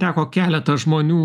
teko keletą žmonių